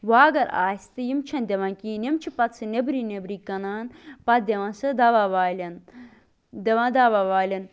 وۄنۍ اَگر آسہِ تہِ یِم چھِنہٕ دِوان کِہینۍ نہٕ یِم چھِ پَتہٕ سُہ نیبری نیبری کٕنان پَتہٕ دِوان سُہ دوا والین دِوان دوا والین